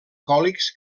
còlics